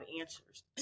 answers